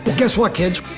guess what, kids.